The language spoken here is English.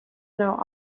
know